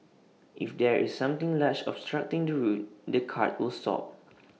if there is something large obstructing the route the cart will stop